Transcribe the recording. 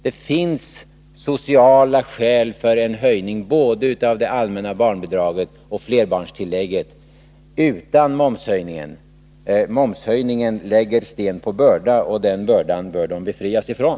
Det finns sociala skäl för en höjning både av det allmänna barnbidraget och av flerbarnstillägget utan momshöjningen. Momshöjningen lägger sten på börda, och den bördan bör småbarnsföräldrarna befrias ifrån.